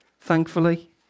thankfully